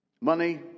money